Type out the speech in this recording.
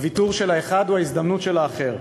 הוויתור של האחד הוא ההזדמנות של האחר.